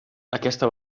aquesta